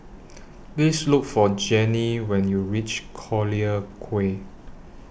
Please Look For Janie when YOU REACH Collyer Quay